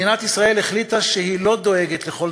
מדינת ישראל החליטה שהיא לא דואגת לכל